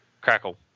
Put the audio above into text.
Crackle